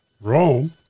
Rome